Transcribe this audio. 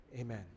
amen